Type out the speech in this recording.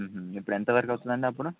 ఇప్పుడు ఎంతవరకు అవుతుంది అండి అప్పుడు